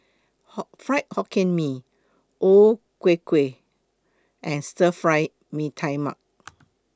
Fried Hokkien Mee O Ku Kueh and Stir Fried Mee Tai Mak